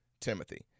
timothy